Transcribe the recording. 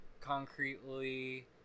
concretely